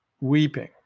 weeping